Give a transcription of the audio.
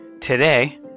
Today